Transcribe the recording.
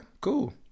cool